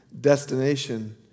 destination